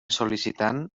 sol·licitant